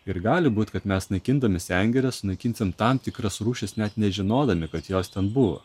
ir gali būti kad mes naikindami sengires sunaikinsim tam tikras rūšis net nežinodami kad jos ten buvo